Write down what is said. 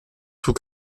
tout